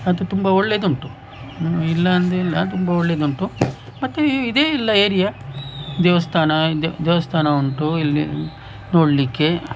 ಮತ್ತು ತುಂಬ ಒಳ್ಳೆಯದುಂಟು ಇಲ್ಲಾಂದಿಲ್ಲ ತುಂಬ ಒಳ್ಳೆಯದುಂಟು ಮತ್ತು ಇದೇ ಎಲ್ಲ ಏರಿಯ ದೇವಸ್ಥಾನ ದೇವಸ್ಥಾನ ಉಂಟು ಇಲ್ಲಿ ನೋಡಲಿಕ್ಕೆ